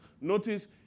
Notice